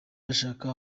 bashaka